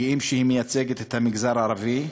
גאים שהיא מייצגת את המגזר הערבי.